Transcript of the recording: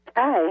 hi